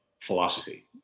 philosophy